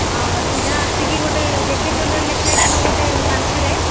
ସିଧା ଆସିକି ଗୋଟେ ଜେ କେ ଜୁଏଲାରୀ ଲେଖା ହୋଇଥିବ ଗୋଟେ କାନ୍ଥରେ